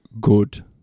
good